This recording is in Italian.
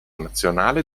nazionale